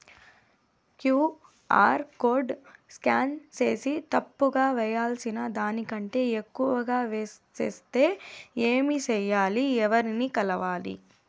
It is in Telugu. క్యు.ఆర్ కోడ్ స్కాన్ సేసి తప్పు గా వేయాల్సిన దానికంటే ఎక్కువగా వేసెస్తే ఏమి సెయ్యాలి? ఎవర్ని కలవాలి?